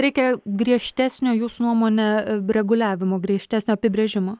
reikia griežtesnio jūsų nuomone reguliavimo griežtesnio apibrėžimo